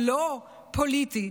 לא פוליטית.